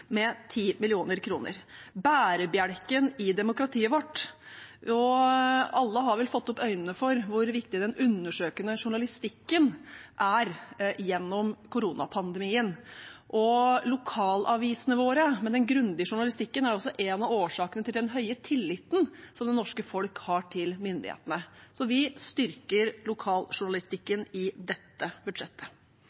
bærebjelken i demokratiet vårt, med 10 mill. kr. Alle har vel gjennom koronapandemien fått opp øynene for hvor viktig den undersøkende journalistikken er, og lokalavisene våre, med den grundige journalistikken, er også en av årsakene til den høye tilliten som det norske folk har til myndighetene. Så vi styrker